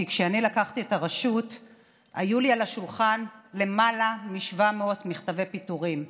כשאני לקחתי את הרשות היו לי על השולחן למעלה מ-700 מכתבי פיטורים.